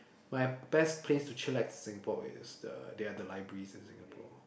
my best place to chillax in Singapore is the they are the libraries in Singapore